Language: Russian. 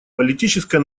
политическая